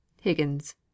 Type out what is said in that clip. Higgins